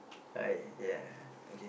hi ya